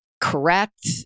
correct